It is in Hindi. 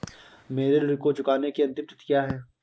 मेरे ऋण को चुकाने की अंतिम तिथि क्या है?